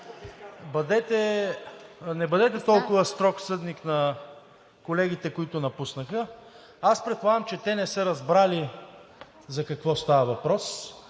не бъдете толкова строг съдник на колегите, които напуснаха. Аз предполагам, че те не са разбрали за какво става въпрос.